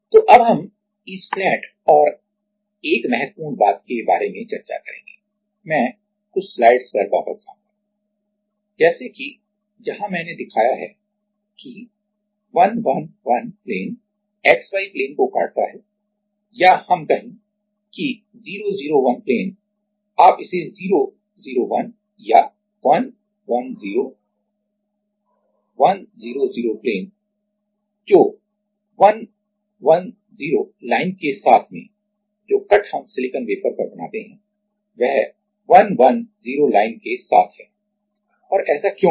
तो अब हम इस फ्लैट और एक महत्वपूर्ण बात के बारे में चर्चा करेंगे मैं कुछ स्लाइड्स पर वापस जाऊंगा जैसे कि जहां मैंने दिखाया है कि 111 प्लेन XY प्लेन को काटता है या हम कहें कि 001 प्लेन आप इसे 001 या 110 100 प्लेन जो 110 लाइन के साथ में जो कट हम सिलिकॉन वेफर पर बनाते हैं वह 110 लाइन के साथ है और ऐसा क्यों है